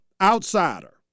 outsider